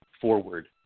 forward